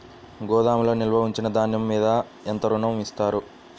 గోదాములో నిల్వ ఉంచిన ధాన్యము మీద ఎంత ఋణం ఇస్తారు?